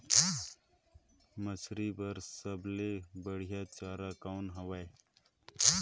मछरी बर सबले बढ़िया चारा कौन हवय?